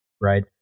right